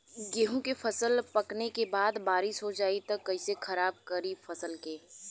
गेहूँ के फसल पकने के बाद बारिश हो जाई त कइसे खराब करी फसल के?